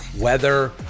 weather